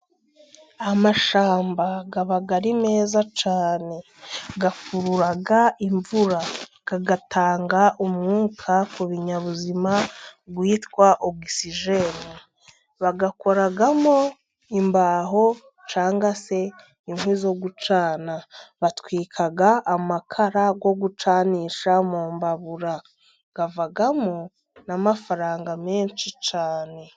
Amashyamba aba ari meza cyane, akurura imvura, atanga umwuka ku binyabuzima, witwa Ogisijeni, bakoramo imbaho cyangwa se inkwi zo gucana, batwikamo amakara yo gucanisha mu mbabura, avamo n'amafaranga menshi cyane.